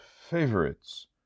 favorites